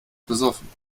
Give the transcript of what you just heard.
besoffen